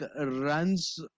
runs